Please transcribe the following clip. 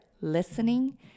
listening